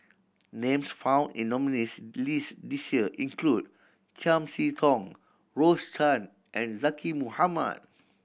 names found in nominees' list this year include Chiam See Tong Rose Chan and Zaqy Mohamad